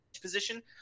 position